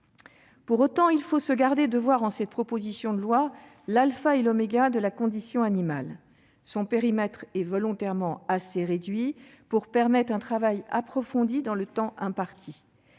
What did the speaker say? Pour autant, il faut se garder de voir dans cette proposition de loi l'alpha et l'oméga de la condition animale. Son périmètre est volontairement assez réduit pour permettre un travail approfondi dans le temps imparti.